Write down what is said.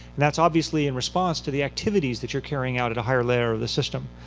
that's obviously in response to the activities that you're carrying out at a higher layer of the system.